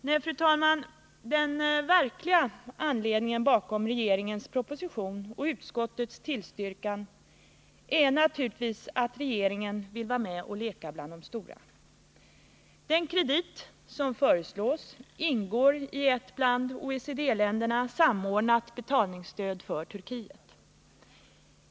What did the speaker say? Nej, fru talman, den verkliga anledningen bakom regeringens proposition och utskottets tillstyrkan är naturligtvis att regeringen vill vara med och leka bland de stora. Den kredit som föreslås ingår i ett bland OECD-länderna samordnat betalningsstöd för Turkiet.